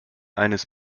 eines